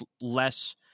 less